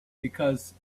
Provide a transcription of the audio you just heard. because